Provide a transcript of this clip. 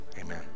amen